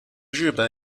日本